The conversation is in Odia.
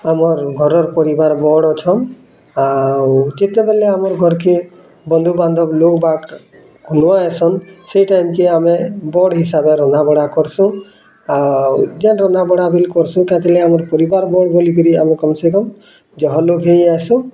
ଆମର୍ ଘରର୍ ପରିବାର୍ ବଡ଼୍ ଅଛନ୍ ଆଉ କେତେବେଲେ ଆମ ଘରକେ୍ ବନ୍ଧୁବାନ୍ଧବ୍ ଲୋକବାକ୍ ନୂଆଆସନ୍ ସେ ଟାଇମ୍କେ ଆମେ ବଡ଼୍ ହିସାବରେ ରନ୍ଧାବଢ଼ା କରସୁଁ ଆଉ ଯେନ୍ ରନ୍ଧାବଢ଼ା ବି କରସୁଁ ତାଲାଗି ଆମର୍ ପରିବାର୍ ବଡ଼୍ ଲାଗି ବୋଲିକରି ଆମେ କମ୍ ସେ କମ୍ ଯହର ଲୋଗ୍ ହେଇ ଆଇସୁଁ